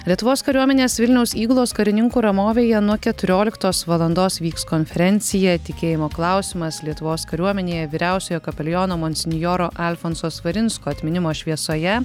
lietuvos kariuomenės vilniaus įgulos karininkų ramovėje nuo keturioliktos valandos vyks konferencija tikėjimo klausimas lietuvos kariuomenėje vyriausiojo kapeliono monsinjoro alfonso svarinsko atminimo šviesoje